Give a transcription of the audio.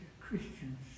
Christians